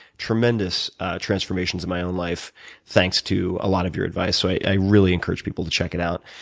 tremendous transformations in my own life thanks to a lot of your advice, so i really encourage people to check it out.